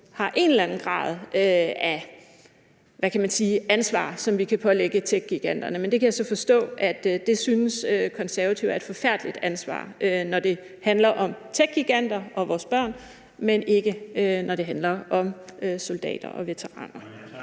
er en eller anden grad af ansvar, som vi kan pålægge techgiganterne, men det kan jeg så forstå at Konservative synes er et forfærdeligt ansvar, når det handler om techgiganter og vores børn, men ikke når det handler om soldater og veteraner.